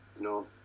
no